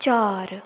चार